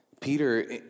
Peter